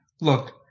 look